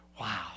Wow